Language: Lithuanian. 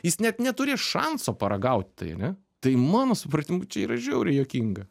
jis net neturės šanso paragauti tai ane tai mano supratimu čia yra žiauriai juokinga